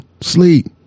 sleep